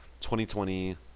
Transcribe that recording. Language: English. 2020